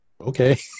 okay